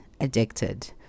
addicted